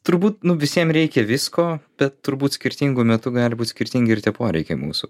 turbūt visiem reikia visko bet turbūt skirtingu metu gali būt skirtingi ir tie poreikiai mūsų